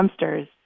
dumpsters